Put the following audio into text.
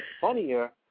funnier